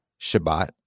Shabbat